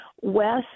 West